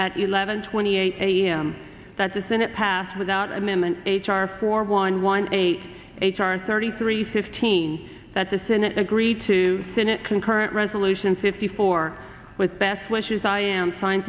at eleven twenty eight a m that the senate passed without amendment h r four one one eight h r thirty three fifteen that the senate agreed to senate concurrent resolution fifty four with best wishes i am signe